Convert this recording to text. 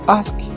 ask